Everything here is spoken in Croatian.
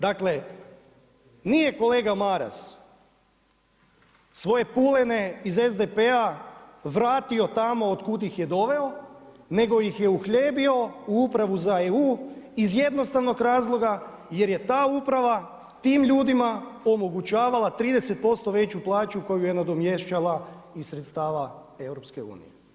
Dakle nije kolega Maras svoje pulene iz SDP-a vratio tamo otkuda ih je doveo nego ih je uhljebio u upravu za EU iz jednostavnog razloga jer je ta uprava tim ljudima omogućaval 30% veću plaću koju je nadomještala iz sredstava EU.